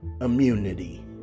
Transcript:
immunity